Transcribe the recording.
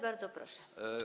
Bardzo proszę.